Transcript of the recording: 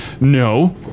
no